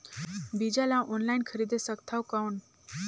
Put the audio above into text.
बीजा ला ऑनलाइन खरीदे सकथव कौन?